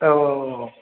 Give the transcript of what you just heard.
औ औ औ औ